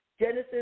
Genesis